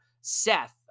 Seth